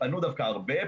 פנו דווקא הרבה,